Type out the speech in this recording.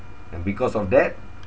and because of that